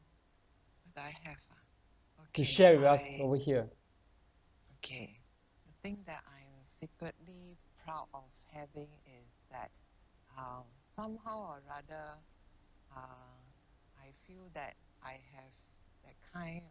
you share with us over here